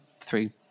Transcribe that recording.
three